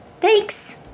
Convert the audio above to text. Thanks